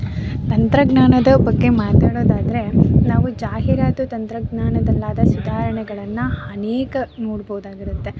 ತಂತ್ರಜ್ಞಾನದ ಬಗ್ಗೆ ಮಾತಾಡೋದಾದರೆ ನಾವು ಜಾಹಿರಾತು ತಂತ್ರಜ್ಞಾನದಲ್ಲಾದ ಸುಧಾರಣೆಗಳನ್ನು ಅನೇಕ ನೋಡ್ಬೋದಾಗಿರುತ್ತೆ